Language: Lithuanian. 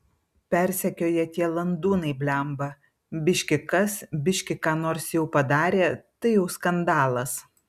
persekioja tie landūnai blemba biški kas biški ką nors jau padarė tai jau skandalas